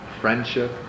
friendship